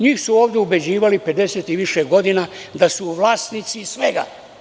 Njih su ovde ubeđivali 50 i više godina, da su oni vlasnici svega.